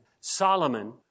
Solomon